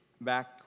back